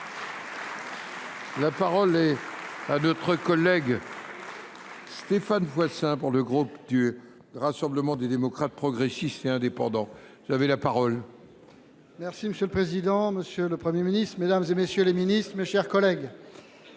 La parole est à notre collègue Stéphane Voisin pour le groupe du Rassemblement des démocrates progressistes et indépendants. J'avais la parole. Merci, Monsieur le Président, Monsieur le Premier ministre, Mesdames et Messieurs les ministres, Mes chers collègues.